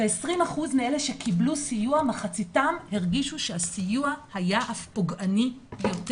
20% מאלו שקיבלו סיוע מחציתם הרגישו שהסיוע היה אף פוגעני יותר.